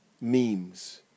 memes